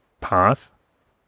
path